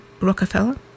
Rockefeller